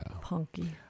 Punky